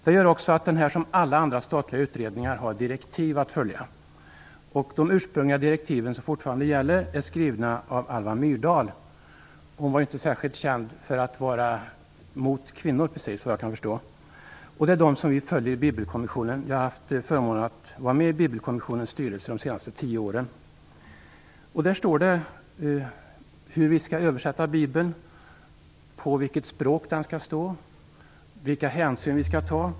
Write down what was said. Det gör också att denna liksom alla andra statliga utredningar har direktiv att följa. De ursprungliga direktiven som fortfarande gäller är skrivna av Alva Myrdal. Hon var ju inte särskilt känd för att vara mot kvinnor såvitt jag kan förstå. Det är dessa direktiv som vi följer i Bibelkommissionen. Jag har nämligen haft förmånen att få vara med i Bibelkommissionens styrelse under de senaste tio åren. Av direktiven framgår hur vi skall översätta Bibeln, vilket språk som skall användas och vilka hänsyn som skall tas.